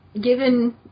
Given